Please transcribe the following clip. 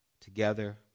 together